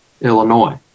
Illinois